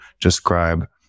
describe